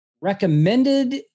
recommended